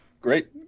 Great